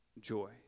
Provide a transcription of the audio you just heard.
joy